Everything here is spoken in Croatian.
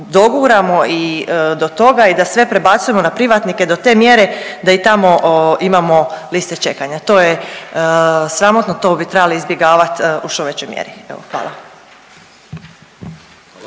doguramo i do toga i da sve prebacujemo na privatnike do te mjere da i tamo imamo liste čekanja? To je sramotno, to bi trebali izbjegavati u što većoj mjeri. Evo